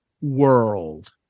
world